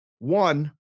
One